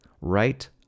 right